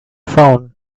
phone